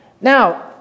Now